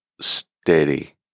steady